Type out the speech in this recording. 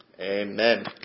Amen